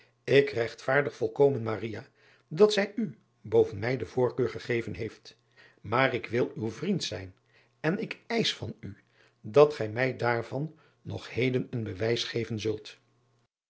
k regtvaardig volkomen dat zij u boven mij de voorkeur gegeven heeft maar ik wil uw vriend zijn en ik eisch van u dat gij mij daarvan nog heden een bewijs geven zult